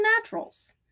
naturals